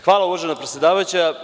Hvala uvažen predsedavajuća.